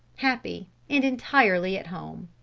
happy, and entirely at home.